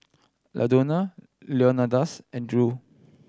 Ladonna Leonidas and Drew